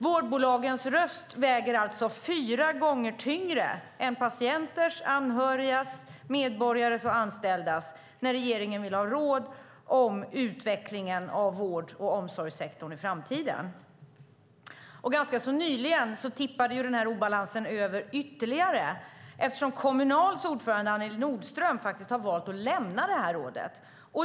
Vårdbolagens röst väger alltså fyra gånger tyngre än patienters, anhörigas, medborgares och anställdas röster när regeringen vill ha råd om utvecklingen av vård och omsorgssektorn i framtiden. Ganska nyligen tippade denna obalans över ytterligare eftersom Kommunals ordförande Annelie Nordström valde att lämna rådet.